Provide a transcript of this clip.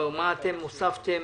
או מה אתם הוספתם